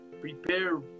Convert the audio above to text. prepare